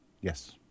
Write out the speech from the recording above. Yes